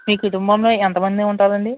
మీ కుటుంబంలో ఎంత మంది ఉంటారండి